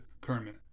Kermit